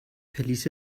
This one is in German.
verließ